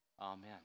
Amen